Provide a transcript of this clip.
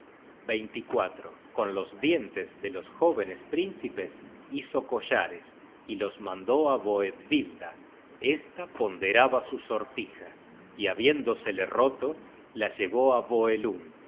con los dientes de los jóvenes príncipes hizo collares y los mandó á boethvilda esta ponderaba su sortija y habiéndosele roto la llevó